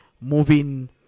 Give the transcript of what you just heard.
moving